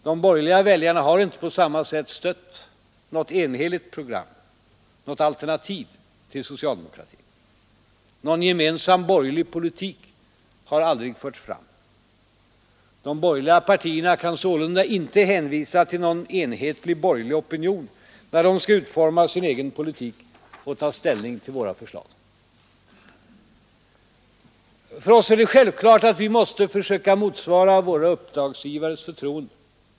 De borgerliga väljarna har icke på samma sätt stött något enhetligt program, något alternativ till socialdemokratin. Någon gemensam borgerlig politik har aldrig förts fram. De borgerliga partierna kan sålunda inte hänvisa till någon enhetlig borgerlig opinion, när de skall utforma sin egen politik och ta ställning till våra förslag. För oss är det självklart att vi måste försöka motsvara våra uppdragsgivares förtroende.